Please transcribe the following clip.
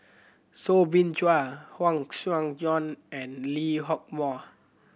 Soo Bin Chua Huang Joan and Lee Hock Moh